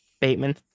Bateman